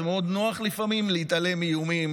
זה מאוד נוח לפעמים להתעלם מאיומים,